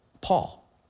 Paul